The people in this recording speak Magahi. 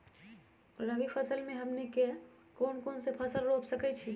रबी फसल में हमनी के कौन कौन से फसल रूप सकैछि?